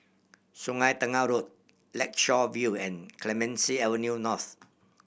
Sungei Tengah Road Lakeshore View and Clemenceau Avenue North